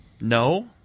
no